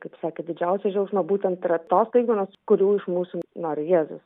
kaip sakė didžiausias džiaugsmą būtent yra tos staigmenos kurių iš mūsų nori jėzus